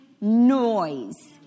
noise